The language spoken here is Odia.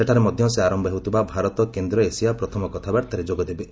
ସେଠାରେ ମଧ୍ୟ ସେ ଆରମ୍ଭ ହେଉଥିବା ଭାରତ କେନ୍ଦ୍ର ଏସିଆ ପ୍ରଥମ କଥାବାର୍ତ୍ତାରେ ଯୋଗଦେବେ